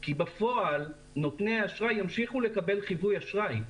כי בפועל נותני האשראי ימשיכו לקבל חיווי אשראי,